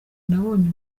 nabonye